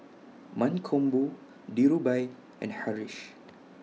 Mankombu Dhirubhai and Haresh